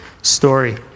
story